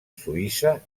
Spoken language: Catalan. suïssa